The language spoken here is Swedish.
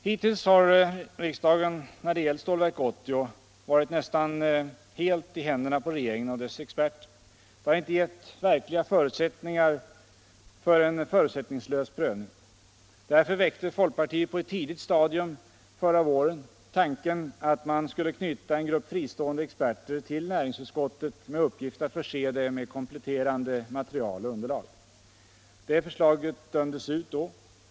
Hittills har riksdagen, när det gällt Stålverk 80, varit nästan helt i händerna på regeringen och dess experter. Det har inte gett verkliga möjligheter till en förutsättningslös prövning. Därför väckte folkpartiet på ett tidigt stadium — förra våren — tanken att man skulle knyta en grupp fristående experter till näringsutskottet med uppgift att förse det med kompletterande material och underlag. Det förslaget dömdes ut.